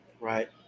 right